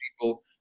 people